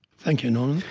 thank you norman.